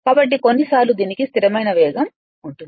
కాబట్టి కొన్నిసార్లు దీనికి స్థిరమైన వేగం ఉంటుంది